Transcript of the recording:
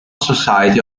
society